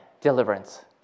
deliverance